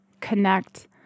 connect